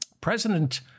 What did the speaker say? President